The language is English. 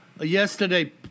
yesterday